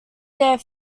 their